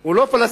הוא לא פלסטיני.